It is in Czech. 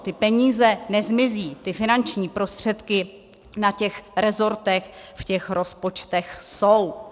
Ty peníze nezmizí, ty finanční prostředky na těch resortech v těch rozpočtech jsou.